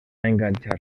enganxar